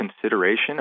consideration